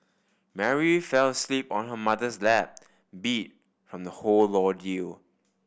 Mary fell asleep on her mother's lap beat from the whole ordeal